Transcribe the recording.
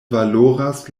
valoras